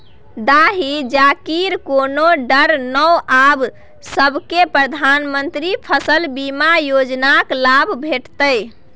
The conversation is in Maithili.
दाही जारीक कोनो डर नै आब सभकै प्रधानमंत्री फसल बीमा योजनाक लाभ भेटितै